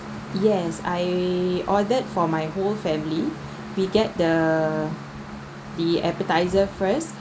yes I ordered for my whole family we get the the appetiser first